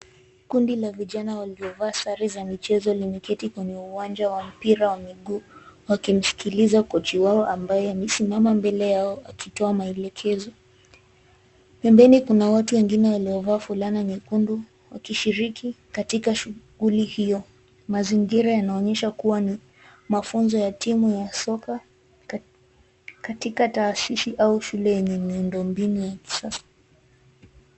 Kundi la vijana waliovaa sare za michezo limeketi kwenye uwanja wa mpira wa miguu, wakimsikiliza kochi wao ambaye amesimama mbele yao akitoa maelekezo. Pembeni kuna watu wengine waliovaa fulana nyekundu wakishiriki katika shughuli hiyo. Mazingira yanaonyesha kuwa ni mafunzo ya timu ya soka katika taasisi au shule yenye miundo mbinu ya kisasa.